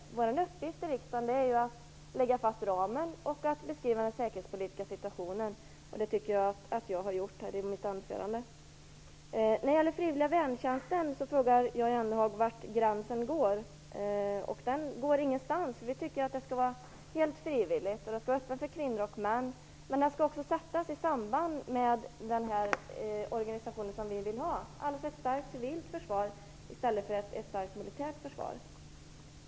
Vår uppgift i riksdagen är ju att lägga fast en ram och att beskriva den säkerhetspolitiska situationen, och det tycker jag att jag har gjort i mitt anförande. När det gäller den frivilliga värntjänsten frågar Jan Jennehag var gränsen går. Den går ingenstans. Vi tycker att värntjänsten skall vara helt frivillig och öppen för kvinnor och män, men den skall också sättas i samband med den organisation som vi vill ha, alltså ett starkt civilt försvar i stället för ett starkt militärt försvar.